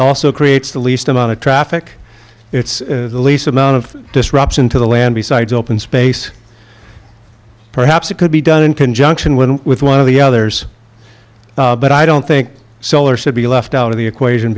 also creates the least amount of traffic it's the least amount of disruption to the land besides open space perhaps it could be done in conjunction with with one of the others but i don't think solar said be left out of the equation